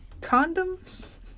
condoms